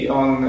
on